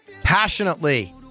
passionately